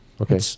okay